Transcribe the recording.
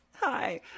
Hi